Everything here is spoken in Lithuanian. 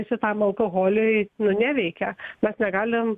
šitam alkoholiui nu neveikia mes negalim